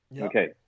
Okay